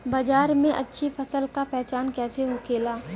बाजार में अच्छी फसल का पहचान कैसे होखेला?